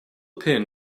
pin